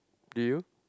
do you